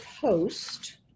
post